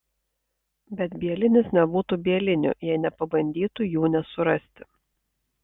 bet bielinis nebūtų bieliniu jei nepabandytų jų nesurasti